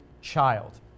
child